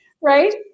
Right